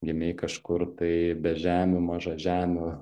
gimei kažkur tai bežemių mažažemių